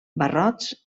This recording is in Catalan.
barrots